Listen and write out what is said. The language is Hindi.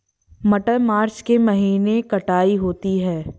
मटर मार्च के महीने कटाई होती है?